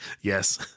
yes